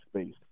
space